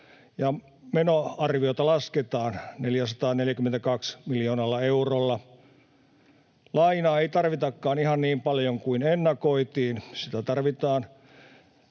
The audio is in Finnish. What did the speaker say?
menoarviota lasketaan 442 miljoonalla eurolla. Lainaa ei tarvitakaan ihan niin paljon kuin ennakoitiin: sitä tarvitaan